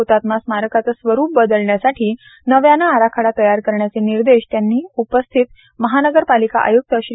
हृतात्मा स्मारकाचे स्वरूप बदलण्यासाठी नव्याने आराखडा तयार करण्याचे निर्देश त्यांनी यावेळी उपस्थित महानगरपालिका आयुक्त श्री